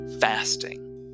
fasting